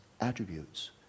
attributes